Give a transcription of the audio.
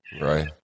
Right